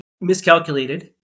miscalculated